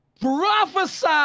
prophesy